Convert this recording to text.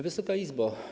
Wysoka Izbo!